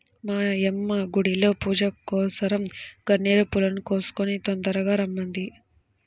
మా యమ్మ గుడిలో పూజకోసరం గన్నేరు పూలను కోసుకొని తొందరగా రమ్మంది